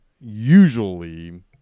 usually